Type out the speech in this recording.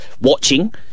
watching